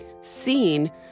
seen